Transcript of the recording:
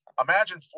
Imagine